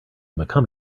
become